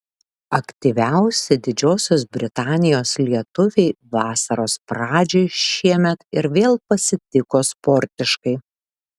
aktyviausi didžiosios britanijos lietuviai vasaros pradžią šiemet ir vėl pasitiko sportiškai